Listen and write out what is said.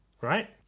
right